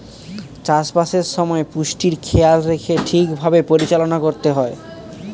চাষবাসের সময় পুষ্টির খেয়াল রেখে ঠিক ভাবে পরিচালনা করতে হয়